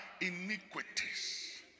iniquities